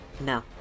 No